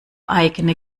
eigene